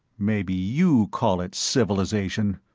maybe you call it civilization,